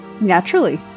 Naturally